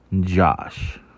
Josh